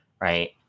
right